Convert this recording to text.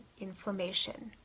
inflammation